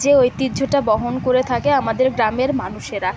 সে ঐতিহ্যটা বহন করে থাকে আমাদের গ্রামের মানুষেরা